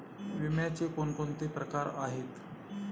विम्याचे कोणकोणते प्रकार आहेत?